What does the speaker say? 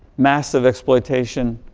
massive exploitation.